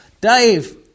Dave